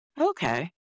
Okay